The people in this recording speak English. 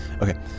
okay